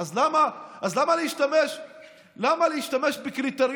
אז למה להשתמש בקריטריון